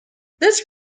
this